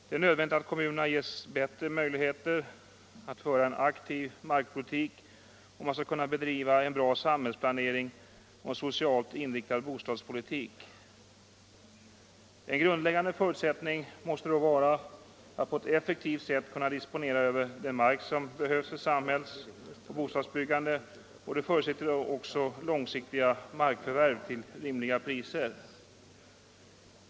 Det är nödvändigt att kommunerna ges bättre möjligheter att föra en aktiv markpolitik, om man skall kunna bedriva en bra samhällsplanering och en socialt inriktad bostadspolitik. En grundläggande förutsättning måste då vara att man på ett effektivt sätt kan disponera över den mark som behövs för samhällsoch bostadsbyggande, vilket också förutsätter långsiktiga markförvärv till rimliga priser.